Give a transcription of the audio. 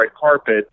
carpet